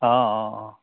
অঁ অঁ অঁ